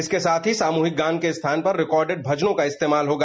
इसके साथ ही सामूहिक गान के स्थान पर रिकॉर्डेड भजनों का इस्तेमाल होगा